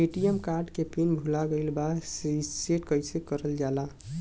ATM card के PIN भूला गइल बा रीसेट कईसे करल जाला?